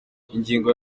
ingingo